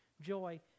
joy